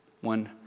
One